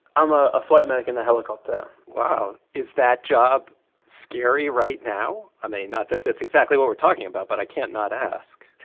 i'm a flight medic in the helicopter wow. is that job scary right now? i mean, not that that's exactly what we're talking about, but i can't not ask.